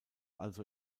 also